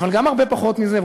אבל גם הרבה פחות מזה,